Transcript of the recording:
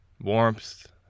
Warmth